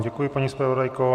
Děkuji vám, paní zpravodajko.